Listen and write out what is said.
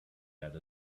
had